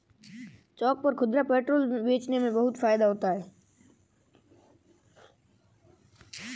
चौक पर खुदरा पेट्रोल बेचने में बहुत फायदा होता है